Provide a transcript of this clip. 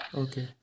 okay